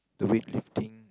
the weightlifting